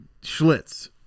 Schlitz